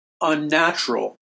unnatural